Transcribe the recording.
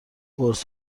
قرص